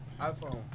iPhone